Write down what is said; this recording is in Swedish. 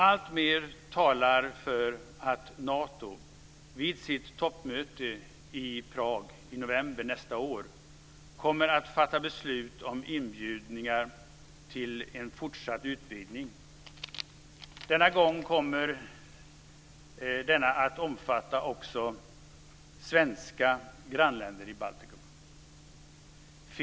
Alltmer talar för att Nato vid sitt toppmöte i Prag i november nästa år kommer att fatta beslut om inbjudningar till en fortsatt utvidgning. Denna gång kommer utvidgningen att omfatta också svenska grannländer i Baltikum.